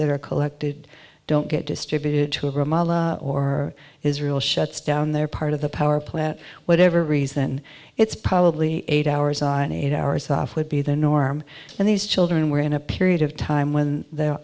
that are collected don't get distributed to of ramallah or israel shuts down their part of the power plant whatever reason it's probably eight hours on eight hours off would be the norm and these children were in a period of time when the